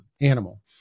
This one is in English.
animal